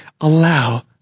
allow